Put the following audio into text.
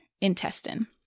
intestine